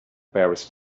paris